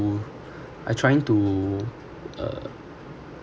to I trying to uh